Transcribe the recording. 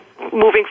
moving